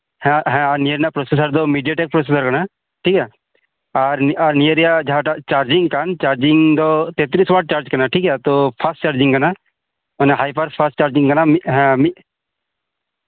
ᱟᱨ ᱦᱮᱸ ᱱᱤᱭᱟᱹ ᱨᱮᱭᱟᱜ ᱯᱨᱳᱥᱮᱥᱟᱨ ᱫᱚ ᱢᱤᱰᱤᱭᱟᱴᱮᱠ ᱯᱨᱚᱥᱮᱥᱟᱨ ᱠᱟᱱᱟ ᱴᱷᱤᱠᱜᱮᱭᱟ ᱟᱨ ᱱᱤᱭᱟᱹ ᱨᱮᱭᱟᱜ ᱡᱟᱦᱟᱸᱴᱟᱜ ᱪᱟᱨᱡᱤᱝ ᱠᱟᱱ ᱪᱟᱨᱡᱤᱝ ᱫᱚ ᱛᱮᱛᱨᱤᱥ ᱚᱣᱟᱴ ᱪᱟᱨᱡ ᱠᱟᱱᱟ ᱴᱷᱤᱠᱜᱮᱭᱟ ᱛᱚ ᱯᱷᱟᱥᱴ ᱪᱟᱨᱡᱤᱝ ᱠᱟᱱᱟ ᱚᱱᱟ ᱦᱟᱭᱯᱟᱨ ᱯᱷᱟᱥᱴ ᱪᱟᱨᱡᱤᱝ ᱠᱟᱱᱟ ᱦᱮᱸ ᱢᱤᱫ ᱢᱤᱫ